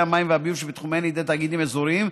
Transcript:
המים והביוב שבתחומיהן לידי תאגידים אזוריים,